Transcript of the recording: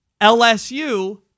LSU